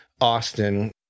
Austin